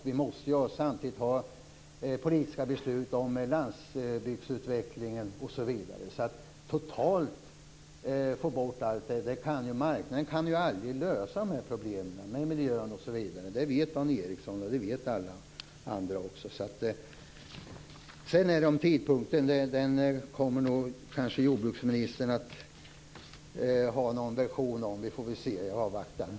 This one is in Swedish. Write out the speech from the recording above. Vi måste samtidigt ha politiska beslut om landsbygdsutvecklingen, osv. Vi kan inte avreglera totalt. Marknaden kan aldrig lösa miljöproblemen, osv. Det vet Dan Ericsson, och det vet alla andra också. Jordbruksministern kommer kanske med en version om tidpunkten. Vi får väl se. Jag avvaktar.